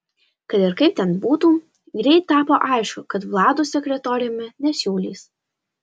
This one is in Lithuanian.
kad ir kaip ten būtų greit tapo aišku kad vlado sekretoriumi nesiūlys